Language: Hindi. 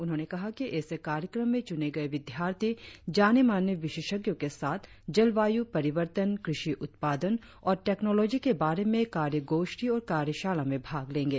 उन्होंने कहा कि इस कार्यक्रम में चुने गए विद्यार्थी जाने माने विशेषज्ञों के साथ जलवायु परिवर्तन कृषि उत्पादन और टैक्नोलॉजी के बारे में कार्यगोष्ठी और कार्यशाला में भाग लेंगे